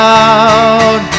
out